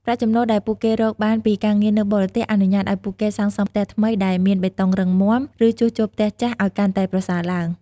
ប្រាក់ចំណូលដែលពួកគេរកបានពីការងារនៅបរទេស អនុញ្ញាតឱ្យពួកគេសាងសង់ផ្ទះថ្មីដែលមានបេតុងរឹងមាំ ឬជួសជុលផ្ទះចាស់ឱ្យកាន់តែប្រសើរឡើង។